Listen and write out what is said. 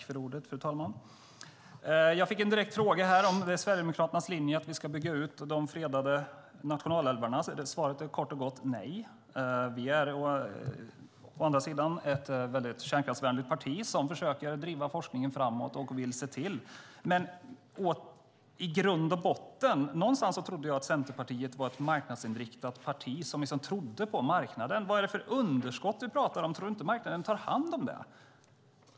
Fru talman! Jag fick en direkt fråga om det är Sverigedemokraternas linje att vi ska bygga ut de fredade nationalälvarna. Svaret är kort och gott nej. Vi är å andra sidan ett mycket kärnkraftsvänligt parti som försöker att driva forskningen framåt. Jag trodde att Centerpartiet var ett marknadsinriktat parti som trodde på marknaden. Vad är det för underskott du pratar om, Anna-Karin Hatt? Tror du inte att marknaden tar hand om det?